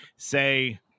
Say